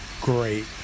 great